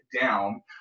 down